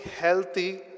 healthy